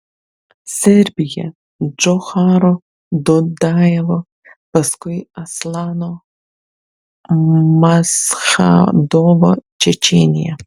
serbija džocharo dudajevo paskui aslano maschadovo čečėnija